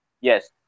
Yes